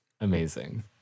Amazing